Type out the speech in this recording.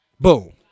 Boom